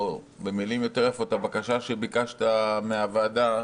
או הבקשה שביקשת מהוועדה,